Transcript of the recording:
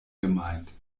gemeint